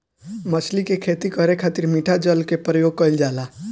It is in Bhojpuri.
मछली के खेती करे खातिर मिठा जल के प्रयोग कईल जाला